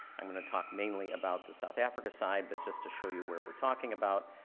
i'm going to talk mainly about the south africa side but just to show you where we're talking about,